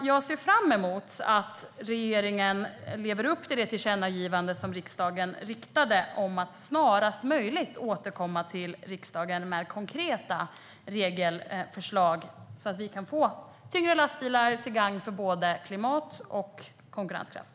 Jag ser fram emot att regeringen lever upp till det tillkännagivande som riksdagen riktade om att snarast möjligt återkomma till riksdagen med konkreta regelförslag så att vi kan få tyngre lastbilar, till gagn för både klimat och konkurrenskraft.